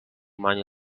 money